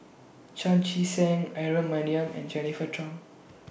Chan Chee Seng Aaron Maniam and Jennifer Tham